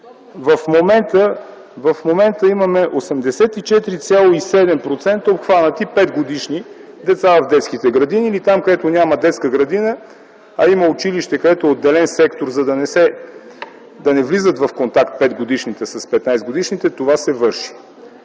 В момента имаме 84,7% обхванати 5-годишни деца в детските градини. Там, където няма детски градини, а има училище, където е отделен сектор, за да не влизат в контакт 5-годишните с 15-годишните, това се върши.